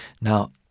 Now